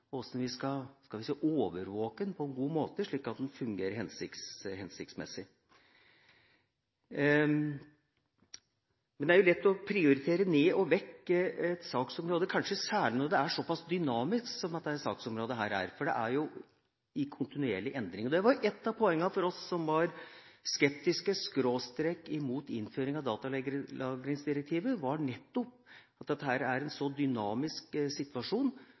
hvordan vi skal organisere den, hvordan vi skal styre den og hvordan vi skal, skal vi si, overvåke den på en god måte, slik at den fungerer hensiktsmessig. Men det er jo lett å prioritere ned og vekk et saksområde kanskje særlig når det er såpass dynamisk som dette saksområdet er, for det er i kontinuerlig endring. Ett av poengene for oss som var imot innføring av datalagringsdirektivet, var nettopp at dette er en så dynamisk situasjon